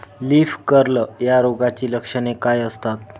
Leaf curl या रोगाची लक्षणे काय असतात?